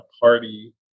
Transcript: party